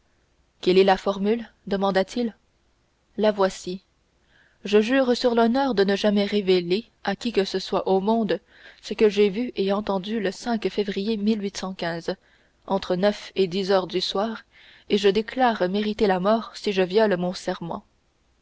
quelle est la formule demanda-t-il la voici je jure sur l'honneur de ne jamais révéler à qui que ce soit au monde ce que j'ai vu et entendu le février entre neuf et dix heures du soir et je déclare mériter la mort si je viole mon serment